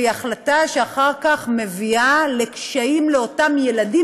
והיא החלטה שאחר כך מביאה לקשיים לאותם ילדים,